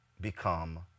become